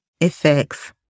effects